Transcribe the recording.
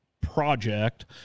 project